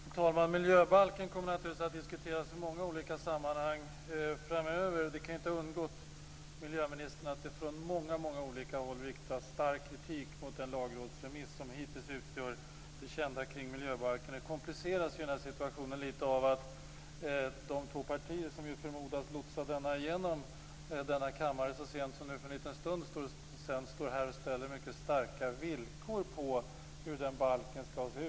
Fru talman! Miljöbalken kommer naturligtvis att diskuteras i många olika sammanhang framöver. Det kan inte ha undgått miljöministern att det från många håll riktas stark kritik mot den lagrådsremiss som hittills är det som är känt vad gäller miljöbalken. Situationen kompliceras litet av att det från de två partier som förmodas komma att lotsa igenom miljöbalken i kammaren här för en stund sedan har ställts mycket starka villkor för hur denna balk ska se ut.